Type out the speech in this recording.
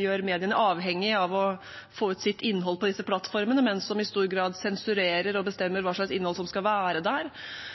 gjør mediene avhengige av å få ut sitt innhold på disse plattformene, men som i stor grad sensurerer og bestemmer hva slags innhold som skal være der.